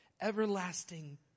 Everlasting